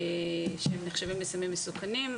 שנחשבים לסמים מסוכנים,